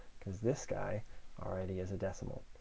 because this guy already has a decimal.